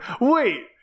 Wait